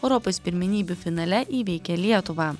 europos pirmenybių finale įveikė lietuvą